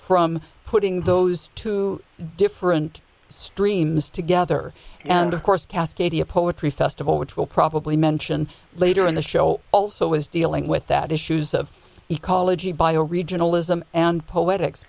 from putting those two different streams together and of course cascadia poetry festival which will probably mention later in the show also is dealing with that issues of ecology bio regionalism and poetic